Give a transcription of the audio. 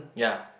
ya